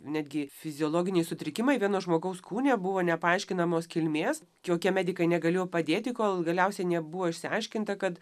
netgi fiziologiniai sutrikimai vieno žmogaus kūne buvo nepaaiškinamos kilmės jokie medikai negalėjo padėti kol galiausiai nebuvo išsiaiškinta kad